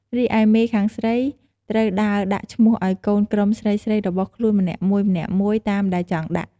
រីឯមេខាងស្រីត្រូវដើរដាក់ឈ្មោះឲ្យកូនក្រុមស្រីៗរបស់ខ្លួនម្នាក់មួយៗតាមដែលចង់ដាក់។